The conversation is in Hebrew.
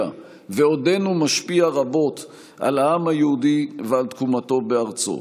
ועודנו משפיע רבות על העם היהודי ועל תקומתו בארצו.